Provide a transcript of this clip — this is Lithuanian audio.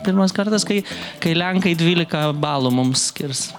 pirmas kartas kai kai lenkai dvylika balų mums skirs